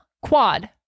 quad